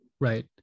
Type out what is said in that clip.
Right